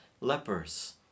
lepers